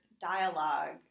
dialogue